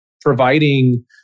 providing